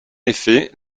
effet